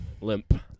limp